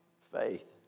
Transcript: faith